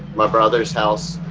my brother's house